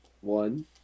One